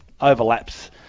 overlaps